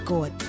God